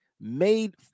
made